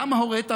למה הורית,